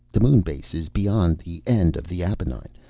the moon base is beyond the end of the appenine,